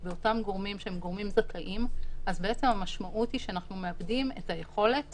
על אותם גורמים זכאים אז המשמעות היא שאנחנו מאבדים את היכולת